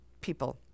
people